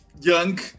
young